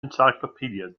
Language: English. encyclopedia